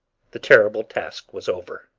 the terrible task was over.